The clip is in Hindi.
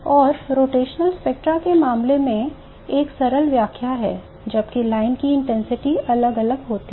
और रोटेशनल स्पेक्ट्रा के मामले में एक सरल व्याख्या है जबकि लाइन की इंटेंसिटी अलग अलग होती है